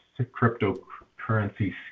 cryptocurrency